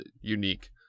unique